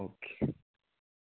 okay